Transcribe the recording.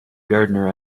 gardener